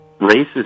racist